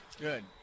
Good